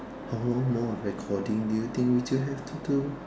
how long more of recording do you think would you have to do